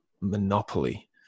monopoly